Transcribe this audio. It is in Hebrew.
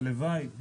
הלוואי,